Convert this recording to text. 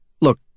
Look